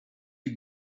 you